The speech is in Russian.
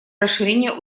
расширения